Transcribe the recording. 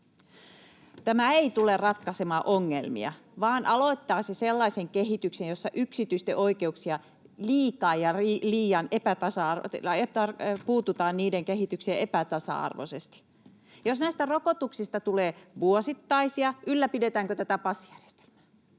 Tämä ei tule ratkaisemaan ongelmia vaan aloittaisi sellaisen kehityksen, jossa yksityisten oikeuksien kehitykseen puututaan epätasa-arvoisesti. Jos näistä rokotuksista tulee vuosittaisia, ylläpidetäänkö tätä passijärjestelmää?